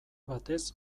batez